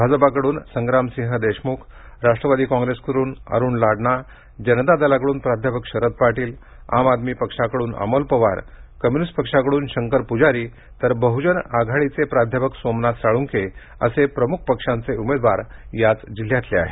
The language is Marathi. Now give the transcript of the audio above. भाजपकडून संग्रामसिंह देशमुख राष्ट्रवादी काँप्रेसकडून अरूण लाडना जनता दलाकडून प्राध्यापक शरद पाटील आम आदमी पक्षाकडून अमोल पवार कम्युनिस्ट पक्षाकडून शंकर पुजारी तर बहुजन आघाडीचे प्राध्यापक सोमनाथ साळुंखे असे प्रमुख पक्षांचे उमेदवार याच जिल्ह्यातले आहेत